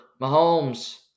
Mahomes